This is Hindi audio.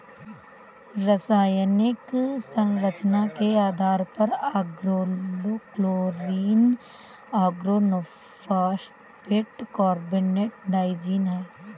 रासायनिक संरचना के आधार पर ऑर्गेनोक्लोरीन ऑर्गेनोफॉस्फेट कार्बोनेट ट्राइजीन है